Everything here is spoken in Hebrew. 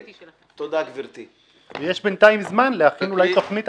יש בינתיים זמן להכין תוכנית אחרת.